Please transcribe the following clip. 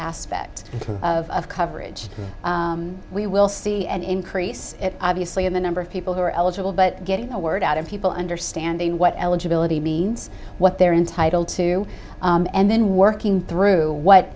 aspect of coverage we will see an increase obviously in the number of people who are eligible but getting a word out of people understanding what eligibility means what they're entitled to and then working through what